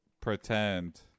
pretend